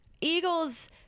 Eagles